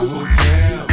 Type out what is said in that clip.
Hotel